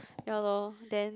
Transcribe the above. ya lor then